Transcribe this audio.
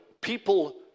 people